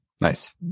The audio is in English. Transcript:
Nice